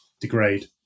degrade